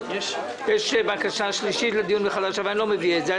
ויש בקשה שלישית לדיון מחדש אבל אני לא מביא את זה.